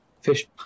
fish